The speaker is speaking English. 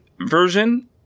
version